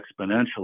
exponentially